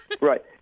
Right